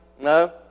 No